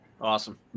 Awesome